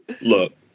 Look